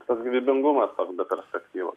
toks gyvybingumas be perspektyvų